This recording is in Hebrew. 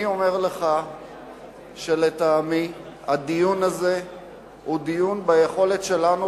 אני אומר לך שלטעמי הדיון הזה הוא דיון ביכולת שלנו